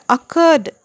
Occurred